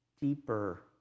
deeper